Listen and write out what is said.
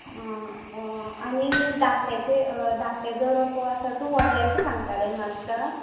आ आ आनी धाकट्याचे धाकटे जो रोंपो आसा तूं व्हडल्याचो सांगतालय न्हू आत्तां